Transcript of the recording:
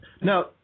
Now